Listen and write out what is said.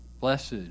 Blessed